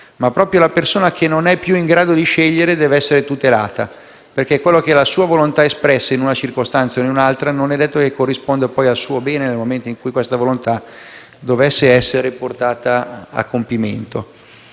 in grado, ma la persona che non è più in grado di scegliere deve essere tutelata perché la sua volontà espressa in una certa circostanza non è detto che corrisponda al suo bene nel momento in cui la sua volontà dovesse essere portata a compimento.